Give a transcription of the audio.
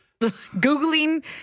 Googling